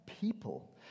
people